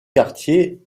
quartier